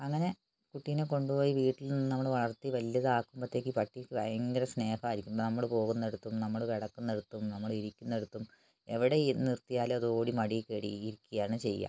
അങ്ങനെ കുട്ടീനെ കൊണ്ടുപോയി വീട്ടിൽനിന്നു നമ്മള് വളർത്തി വല്ലുതാക്കുമ്പത്തേക്കും ഈ പട്ടിക്ക് ഭയങ്കര സ്നേഹമായിരിക്കും നമ്മള് പോകുന്നിടത്തും നമ്മള് കിടക്കുന്നിടത്തും നമ്മള് ഇരിക്കുന്നടുത്തും എവിടെ നിർത്തിയാലും അത് ഓടി മടിയിൽ കയറി ഇരിക്കുകയാണ് ചെയ്യുക